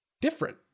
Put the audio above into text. different